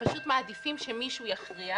שפשוט מעדיפים שמישהו יכריח.